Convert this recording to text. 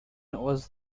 was